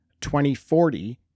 2040